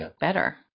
better